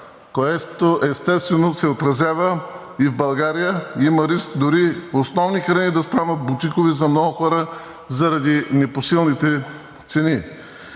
което, естествено, се отразява и в България, като има риск дори основни храни да станат бутикови за много хора заради непосилните цени.